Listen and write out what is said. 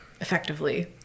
effectively